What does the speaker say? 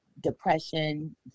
depression